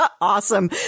Awesome